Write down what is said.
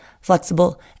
flexible